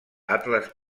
atles